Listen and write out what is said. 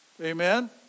Amen